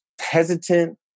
hesitant